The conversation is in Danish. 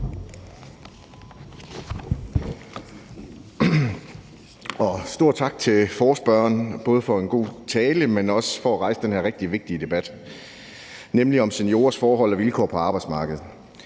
stor tak til forespørgeren, både for en god tale, men også for at rejse den her rigtig vigtige debat, nemlig om seniorers forhold og vilkår på arbejdsmarkedet.